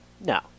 No